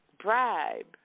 bribe